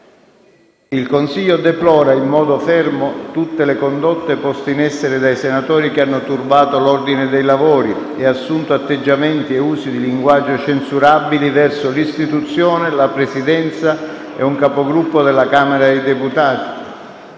Il Consiglio deplora in modo fermo tutte le condotte poste in essere dai senatori che hanno turbato l'ordine dei lavori e assunto atteggiamenti e usi di linguaggio censurabili verso l'istituzione, la Presidenza e un Capogruppo della Camera dei deputati.